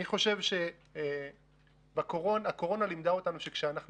אני חושב שהקורונה לימדה אותנו שכשאנחנו